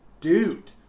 dude